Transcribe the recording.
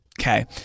Okay